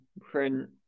print